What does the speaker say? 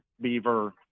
beaver